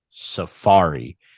Safari